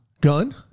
Gun